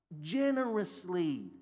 generously